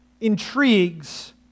intrigues